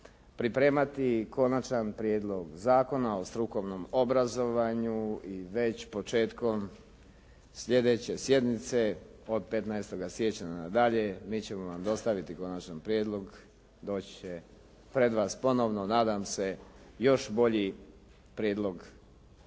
pripremati Konačan prijedlog zakona o strukovnom obrazovanju i već početkom sljedeće sjednice, od 15. siječnja na dalje, mi ćemo vam dostaviti konačan prijedlog. Doći će pred vas ponovno nadam se još bolji Konačan prijedlog